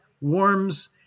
warms